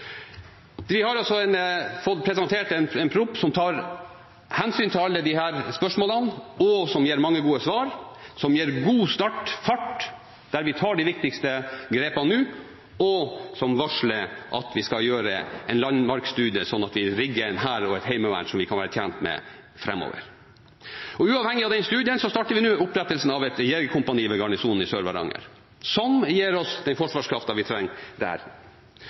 Vi har altså fått presentert en proposisjon som tar hensyn til alle disse spørsmålene, og som gir mange gode svar, som gir god fart, som tar de viktigste grepene nå, og som varsler at vi skal gjøre en landmaktstudie slik at vi rigger en hær og et heimevern vi kan være tjent med framover. Uavhengig av studien starter vi nå opprettelsen av et jegerkompani ved Garnisonen i Sør-Varanger, som gir oss den forsvarskrafta vi trenger der.